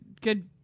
good